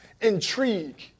intrigue